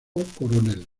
coronel